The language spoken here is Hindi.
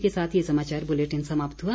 इसी के साथ ये समाचार बुलेटिन समाप्त हुआ